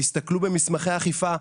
תסתכלו במסמכי האכיפה.